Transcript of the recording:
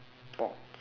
sports